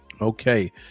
Okay